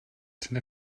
seine